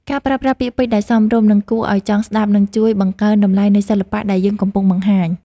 ការប្រើប្រាស់ពាក្យពេចន៍ដែលសមរម្យ និង គួរឱ្យចង់ស្តាប់នឹងជួយបង្កើនតម្លៃនៃសិល្បៈដែលយើងកំពុងបង្ហាញ។